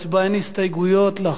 אין הסתייגויות לחוק,